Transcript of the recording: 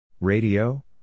Radio